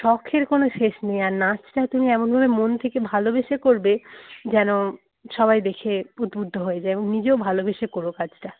শখের কোনও শেষ নেই আর নাচটা তুমি এমনভাবে মন থেকে ভালোবেসে করবে যেন সবাই দেখে উদ্বুদ্ধ হয়ে যায় এবং নিজেও ভালোবেসে কোরো কাজটা